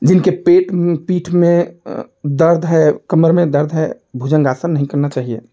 जिनके पेट में पीठ में दर्द है कमर में दर्द है भुजंगासन नहीं करना चाहिए